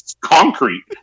concrete